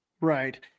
Right